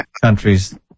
countries